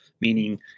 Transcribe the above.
meaning